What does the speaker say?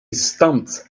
stumps